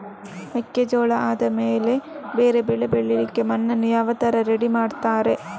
ಮೆಕ್ಕೆಜೋಳ ಆದಮೇಲೆ ಬೇರೆ ಬೆಳೆ ಬೆಳಿಲಿಕ್ಕೆ ಮಣ್ಣನ್ನು ಯಾವ ತರ ರೆಡಿ ಮಾಡ್ತಾರೆ?